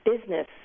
business